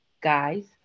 guys